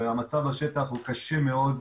והמצב בשטח הוא קשה מאוד,